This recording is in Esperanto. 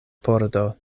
pordo